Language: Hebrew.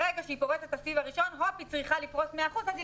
היא צריכה לפרוס 100 אחוזים ולכן